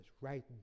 Right